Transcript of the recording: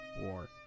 War